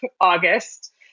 august